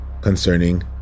concerning